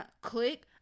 click